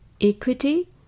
equity